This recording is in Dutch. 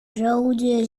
rode